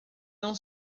não